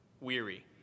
weary